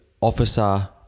officer